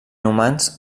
humans